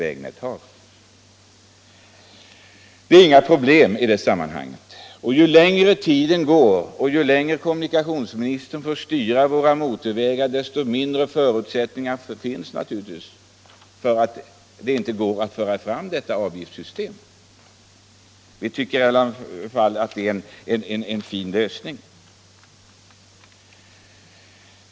Det finns nu inga problem i det sammanhanget, men ju längre tiden går och ju längre kommunikationsministern får styra utbyggnaden av våra motorvägar, desto sämre förutsättningar till en förbättring kommer det naturligtvis att bli därför att det inte går att införa detta avgiftssystem, som i alla fall vi tycker är en fin lösning.